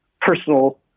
personal